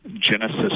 Genesis